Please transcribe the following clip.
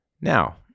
Now